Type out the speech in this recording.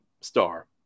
star